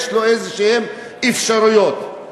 יש לו אפשרויות כלשהן?